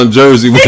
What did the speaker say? jersey